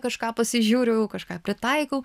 kažką pasižiūriu kažką pritaikau